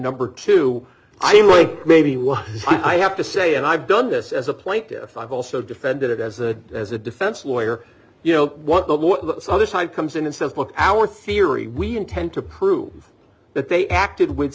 number two i'm like maybe what i have to say and i've done this as a plaintiff i've also defended it as a as a defense lawyer you know what the other side comes in and says look our theory we intend to prove that they acted w